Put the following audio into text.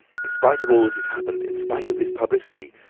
in spite of all that has happened, in spite of this publicity,